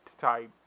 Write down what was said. type